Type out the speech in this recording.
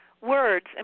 words